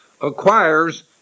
acquires